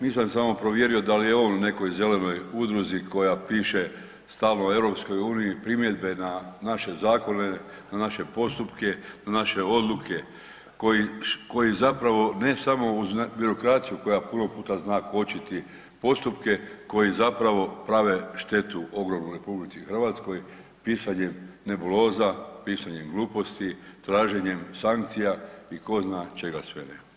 Nisam samo provjerio da li on nekoj zelenoj udruzi koja piše stalno EU-u primjedbe na naše zakone, na naše postupke, na naše odluke, koji zapravo ne samo uz birokraciju koja puno puta zna kočiti postupke, koji zapravo prave štetu ogromnu RH, pisanjem nebuloza, pisanjem gluposti, traženjem sankcija i godina i čega sve ne.